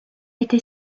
été